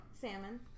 Salmon